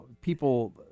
people